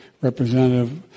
Representative